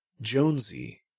Jonesy